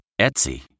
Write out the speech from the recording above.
Etsy